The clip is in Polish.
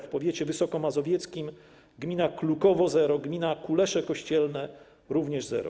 W powiecie wysokomazowieckim: gmina Klukowo - zero, gmina Kulesze Kościelne - również zero.